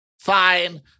fine